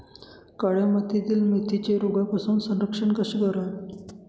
काळ्या मातीतील मेथीचे रोगापासून संरक्षण कसे करावे?